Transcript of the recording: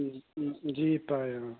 ও ও ও যি পায় অ